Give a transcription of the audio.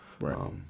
Right